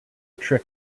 trick